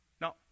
Now